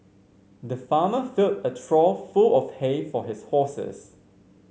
the farmer filled a trough full of hay for his horses